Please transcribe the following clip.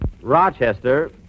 Rochester